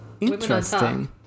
Interesting